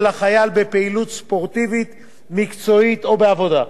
החייל בפעילות ספורטיבית מקצועית או בעבודה,